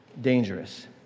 dangerous